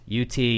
UT